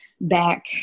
back